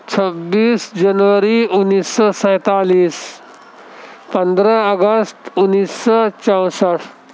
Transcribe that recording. چھبیس جنوری انیس سو سینتالیس پندرہ اگست انیس سو چونسٹھ